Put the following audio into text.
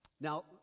Now